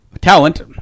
talent